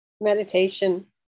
meditation